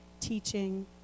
teaching